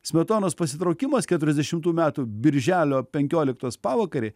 smetonos pasitraukimas keturiasdešimtų metų birželio penkioliktos pavakarį